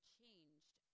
changed